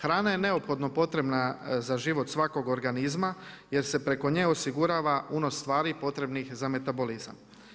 Hrana je neophodno potrebna za život svakog organizma jer se preko nje osigurava unos stvari potrebnih za metabolizam.